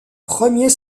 premier